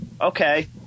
okay